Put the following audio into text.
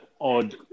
odd